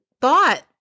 thought